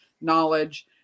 knowledge